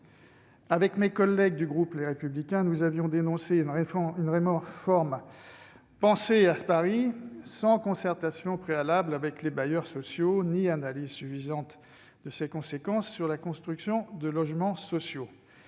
Avec mes collègues du groupe Les Républicains, nous avions dénoncé une réforme pensée à Paris, sans concertation préalable avec les bailleurs sociaux ni analyse suffisante de ses conséquences sur la construction de logements sociaux.